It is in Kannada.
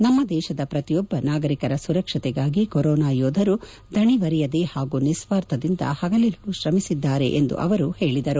ನಮ್ಮ ದೇಶದ ಪ್ರತಿಯೊಬ್ಬ ನಾಗರಿಕರ ಸುರಕ್ಷತೆಗಾಗಿ ಕೊರೋನಾ ಯೋಧರು ದಣಿವರಿಯದೆ ಹಾಗೂ ನಿಸ್ವಾರ್ಥದಿಂದ ಹಗಲಿರುಳು ಶ್ರಮಿಸಿದ್ದಾರೆ ಎಂದು ಅವರು ಹೇಳಿದರು